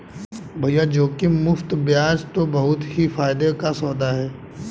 भैया जोखिम मुक्त बयाज दर तो बहुत ही फायदे का सौदा है